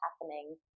happening